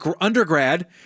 undergrad